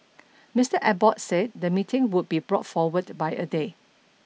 Mister Abbott said the meeting would be brought forward by a day